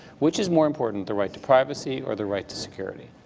which is more important, the right to privacy or the right to security?